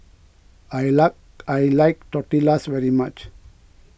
I like I like Tortillas very much